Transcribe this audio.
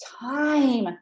time